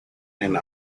and